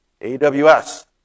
AWS